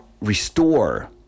restore